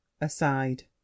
Aside